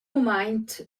mumaint